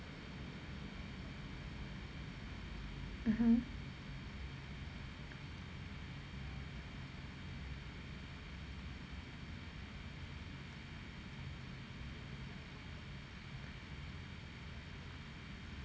mmhmm